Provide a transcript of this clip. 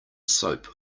soap